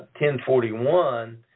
1041